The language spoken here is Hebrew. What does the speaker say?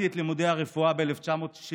"סיימתי את לימודי הרפואה ב-1964.